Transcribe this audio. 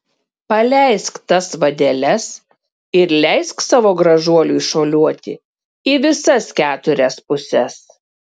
paleisk tas vadeles ir leisk savo gražuoliui šuoliuoti į visas keturias puses